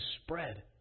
spread